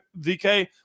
DK